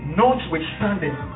notwithstanding